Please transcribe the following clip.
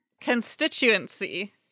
Constituency